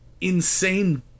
insane